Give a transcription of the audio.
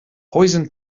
poison